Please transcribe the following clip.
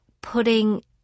putting